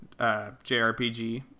JRPG